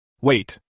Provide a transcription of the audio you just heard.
Wait